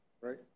right